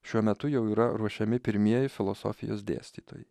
šiuo metu jau yra ruošiami pirmieji filosofijos dėstytojai